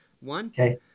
One